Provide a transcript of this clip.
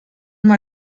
mal